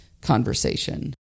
conversation